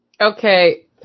Okay